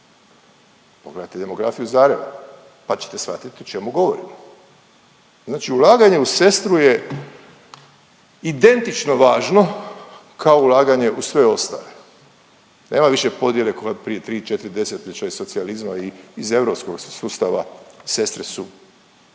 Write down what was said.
pogledajte demografiju Zatreba pa ćete shvatiti o čemu govorim. Znači ulaganje u sestru je identično važno kao ulaganje u sve ostale. Nema više podjele kao prije tri, četiri desetljeća i socijalizma, iz europskoga sustava sestre su